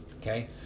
Okay